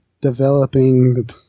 developing